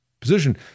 position